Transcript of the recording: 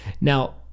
Now